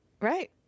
Right